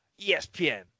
ESPN